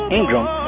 Ingram